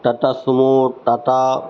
Tata Sumo Tata